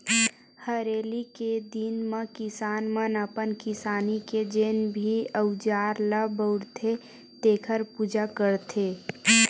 हरेली के दिन म किसान मन अपन किसानी के जेन भी अउजार ल बउरथे तेखर पूजा करथे